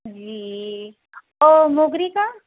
जी और मोगरे का